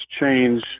change